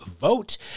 vote